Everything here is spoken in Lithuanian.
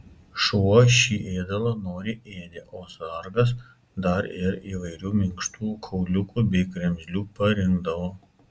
šuo šį ėdalą noriai ėdė o sargas dar ir įvairių minkštų kauliukų bei kremzlių parinkdavo